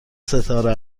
ستاره